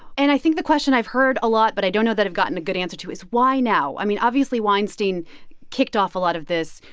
and i think the question i've heard a lot but i don't know that i've gotten a good answer to is, why now? i mean, obviously weinstein kicked off a lot of this.